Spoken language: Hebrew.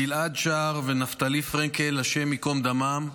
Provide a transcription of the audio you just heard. גיל-עד שער ונפתלי פרנקל, השם ייקום דמם.